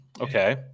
Okay